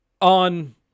on